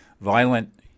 violent